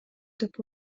деп